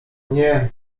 nie